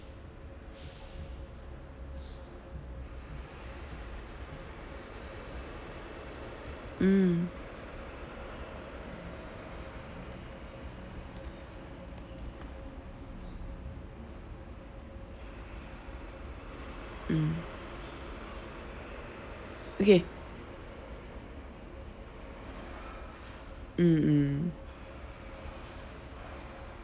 mm mm okay mm mm